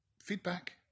Feedback